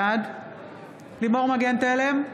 בעד לימור מגן תלם,